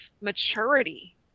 maturity